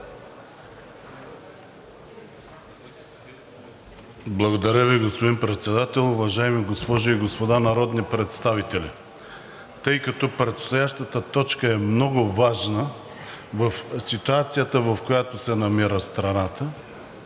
Благодаря Ви, господин Председател. Уважаеми дами и господа народни представители, тъй като предстоящата точка е много важна в ситуацията, в която се намира страната,